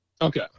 Okay